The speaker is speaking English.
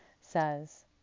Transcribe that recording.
says